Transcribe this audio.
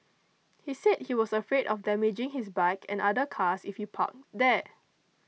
he said he was afraid of damaging his bike and other cars if he parked there